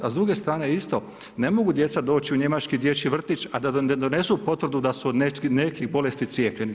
A s druge strane isto ne mogu djeca doći u njemački dječji vrtić a da ne donesu potvrdu da su od nekih bolesti cijepljeni.